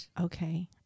Okay